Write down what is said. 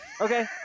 Okay